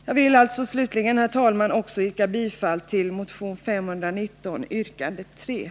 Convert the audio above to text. Jag vill alltså slutligen, herr talman, yrka bifall till motion 519 yrkande c8